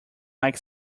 like